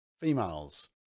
females